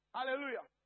Hallelujah